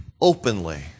openly